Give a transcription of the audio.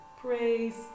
praise